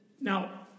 now